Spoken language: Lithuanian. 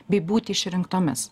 bei būti išrinktomis